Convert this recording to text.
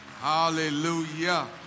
Hallelujah